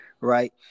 right